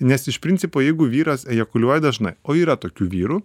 nes iš principo jeigu vyras ejakuliuoja dažnai o yra tokių vyrų